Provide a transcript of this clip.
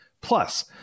Plus